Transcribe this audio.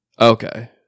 Okay